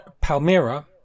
Palmyra